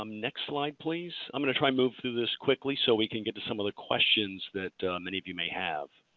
um next slide please. i'm going to try and move through this quickly so we can get to some of the questions that many of you may have.